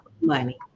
money